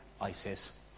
ISIS